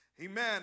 Amen